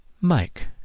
Mike